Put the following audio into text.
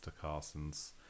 Carson's